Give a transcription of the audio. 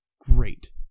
great